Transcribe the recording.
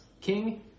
King